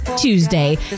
Tuesday